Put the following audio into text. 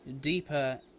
deeper